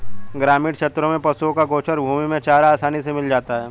ग्रामीण क्षेत्रों में पशुओं को गोचर भूमि में चारा आसानी से मिल जाता है